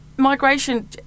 Migration